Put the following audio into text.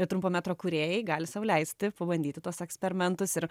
ir trumpo metro kūrėjai gali sau leisti pabandyti tuos eksperimentus ir